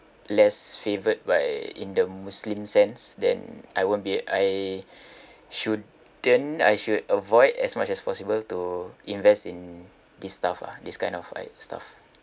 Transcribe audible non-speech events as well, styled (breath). less favoured by in the muslim sense then I won't be I (breath) shouldn't I should avoid as much as possible to invest in this stuff lah this kind of like stuff